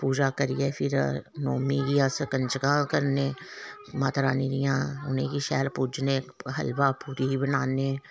पूजा करियै फिर नौमीं गी अस कंजकां करने माता रानी दियां उ'नें गी शैल पूजने हलवा पूड़ी बी बनाने